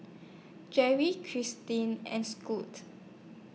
J V Kristie and Scot